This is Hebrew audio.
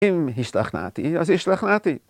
אם השתכנעתי, אז השתכנעתי.